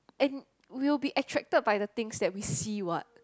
and we'll be attracted by the things that we see what